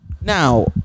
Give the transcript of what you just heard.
now